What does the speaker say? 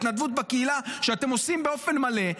התנדבות בקהילה שאתם עושים באופן מלא,